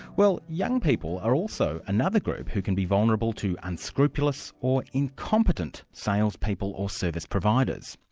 well young people are also another group who can be vulnerable to unscrupulous or incompetent salespeople or service providers.